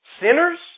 sinners